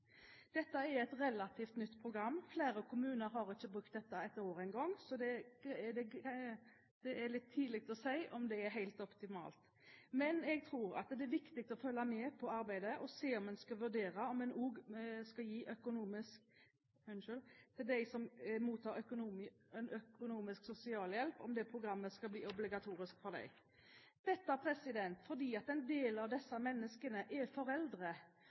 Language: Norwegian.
Dette er et relativt nytt program. Flere kommuner har ikke brukt det et år engang, så det er litt tidlig å si om det er helt optimalt. Jeg tror det er viktig å følge med på arbeidet, og vurdere om dette programmet skal bli obligatorisk også for dem som mottar økonomisk sosialhjelp. Det er fordi en del av disse menneskene er foreldre.